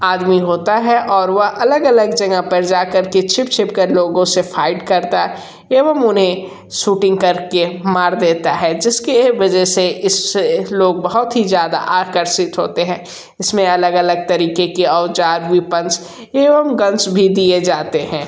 आदमी होता है और वह अलग अलग जगह पर जा कर के छिप छिप कर लोगों से फाइट करता है एवं उन्हें सूटिंग कर के मार देता है जिस के वजह से इस से लोग बहुत ही ज़्यादा आकर्षित होते हैं इस में अलग अलग तरीक़े के औज़ार वीपन्स एवं गन्स भी दिए जाते हैं